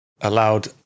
allowed